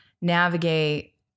navigate